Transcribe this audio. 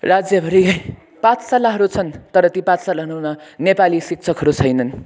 राज्यभरी पाठशालाहरू छन् तर ती पाठशालाहरूमा नेपाली शिक्षकहरू छैनन्